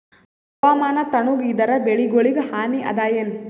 ಹವಾಮಾನ ತಣುಗ ಇದರ ಬೆಳೆಗೊಳಿಗ ಹಾನಿ ಅದಾಯೇನ?